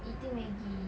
eating Maggi